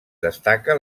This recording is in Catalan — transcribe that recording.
destaca